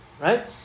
Right